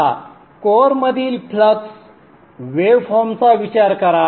आता कोअरमधील फ्लक्स वेवफॉर्मचा विचार करा